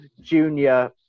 junior